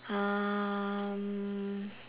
um